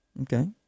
Okay